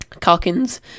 Calkins